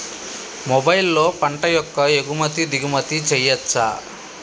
మొబైల్లో పంట యొక్క ఎగుమతి దిగుమతి చెయ్యచ్చా?